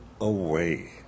away